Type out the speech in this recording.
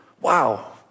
wow